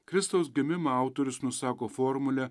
kristaus gimimą autorius nusako formule